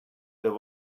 there